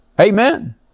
Amen